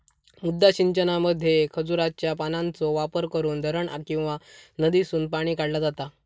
मुद्दा सिंचनामध्ये खजुराच्या पानांचो वापर करून धरण किंवा नदीसून पाणी काढला जाता